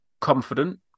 confident